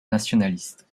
nationaliste